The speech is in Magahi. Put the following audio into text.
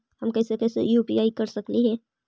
हम कैसे कैसे यु.पी.आई कर सकली हे?